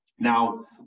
Now